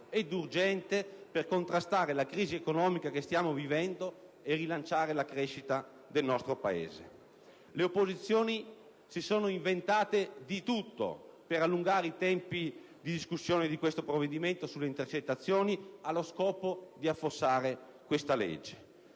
ed urgente per contrastare la crisi economica che stiamo vivendo e rilanciare la crescita del nostro Paese. Le opposizioni si sono inventate di tutto per allungare i tempi di discussione di questo provvedimento sulle intercettazioni allo scopo di affossare questa legge.